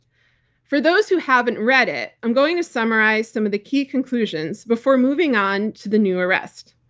for those who haven't read it, i'm going to summarize some of the key conclusions before moving on to the new arrest.